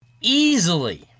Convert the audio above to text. Easily